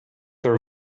her